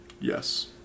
Yes